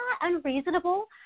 unreasonable